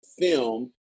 film